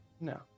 No